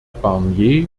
barnier